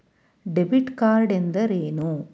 Debit card ಎಂದರೇನು?